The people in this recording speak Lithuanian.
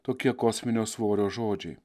tokie kosminio svorio žodžiai